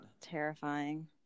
Terrifying